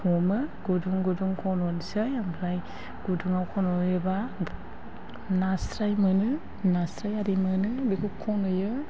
हमो गुदुं गुदुं खन'नोसै ओमफ्राय गुदुङाव खन'योबा नास्राय मोनो नास्राय आरि मोनो बेखौ खन'यो